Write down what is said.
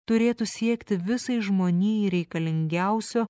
turėtų siekti visai žmonijai reikalingiausio